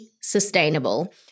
sustainable